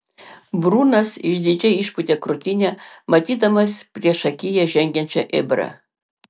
brunas išdidžiai išpūtė krūtinę matydamas priešakyje žengiančią ebrą